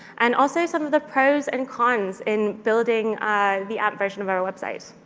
and also some of the pros and cons in building the amp version of our website.